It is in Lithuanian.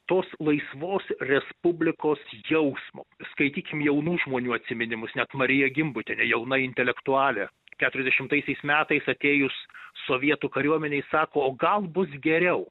tos laisvos respublikos jausmo skaitykim jaunų žmonių atsiminimus net marija gimbutienė jauna intelektualė keturiasdešimtaisiais metais atėjus sovietų kariuomenei sako o gal bus geriau